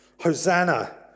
Hosanna